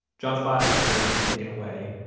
john's body had already been taken away,